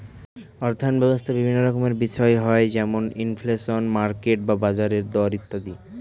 অর্থায়ন ব্যবস্থায় বিভিন্ন রকমের বিষয় হয় যেমন ইনফ্লেশন, মার্কেট বা বাজারের দর ইত্যাদি